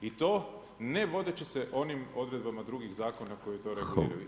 I to ne vodeći se onim odredbama drugih zakona koji to reguliraju.